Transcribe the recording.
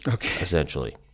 essentially